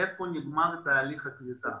היכן מסתיים תהליך הקליטה,